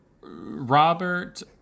Robert